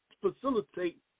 facilitate